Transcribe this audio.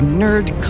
nerd